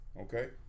Okay